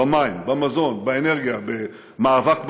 במים, במזון, באנרגיה, במאבק במדבור.